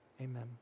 Amen